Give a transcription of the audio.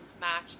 match